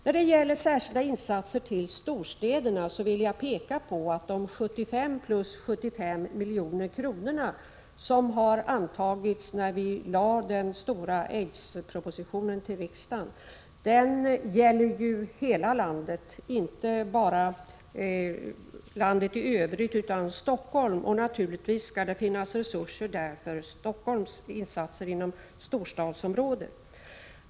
När det gäller särskilda insatser i storstäderna vill jag peka på de 75 + 75 milj.kr. som antagits i samband med att vi lade fram den stora aidspropositionen för riksdagen. Den gäller ju hela landet, inte bara landet i övrigt utan även Stockholm. Naturligtvis skall det finnas resurser för Stockholms insatser inom storstadsområdet.